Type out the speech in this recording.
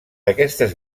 aquestes